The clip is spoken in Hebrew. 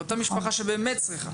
לאותה משפחה שבאמת צריכה.